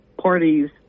parties